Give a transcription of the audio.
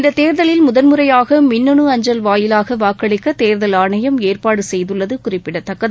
இந்த தேர்தலில் முதன் முறையாக மின்னனு அஞ்சல் வாயிலாக வாக்களிக்க தேர்தல் ஆணையம் ஏற்பாடு செய்துள்ளது குறிப்பிடத்தக்கது